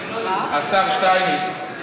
השר שטייניץ, בחרת.